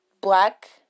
black